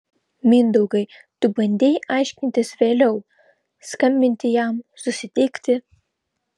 mindaugai tu bandei aiškintis vėliau skambinti jam susitikti